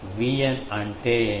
కాబట్టి Vn అంటే ఏమిటి